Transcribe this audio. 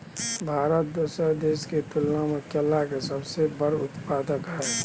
भारत दोसर देश के तुलना में केला के सबसे बड़ उत्पादक हय